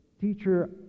teacher